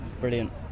Brilliant